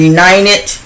United